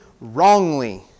wrongly